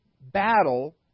battle